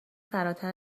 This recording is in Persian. فراتر